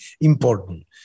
important